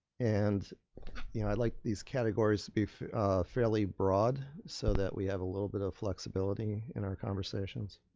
and you know i'd like these categories to be fairly broad so that we have a little bit of flexibility in our conversations.